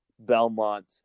Belmont